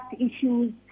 issues